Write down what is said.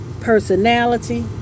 personality